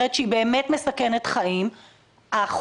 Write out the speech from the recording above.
זה תלוי תקציב שהמשרד מקבל.